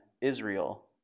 Israel